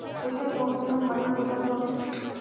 কোথায় কম দামে ভালো কোদাল পাব?